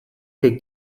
que